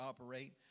operate